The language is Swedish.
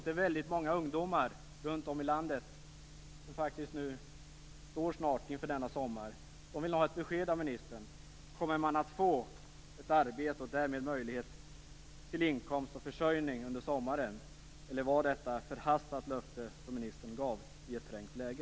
Det är många ungdomar i hela landet som snart står inför denna sommar och vill ha ett besked av ministern. Kommer man att få ett arbete och därmed möjlighet till inkomst och försörjning under sommaren? Eller var det ett förhastat löfte som ministern gav i ett trängt läge?